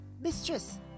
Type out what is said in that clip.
Mistress